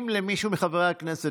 אם למישהו מחברי הכנסת,